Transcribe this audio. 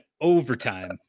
overtime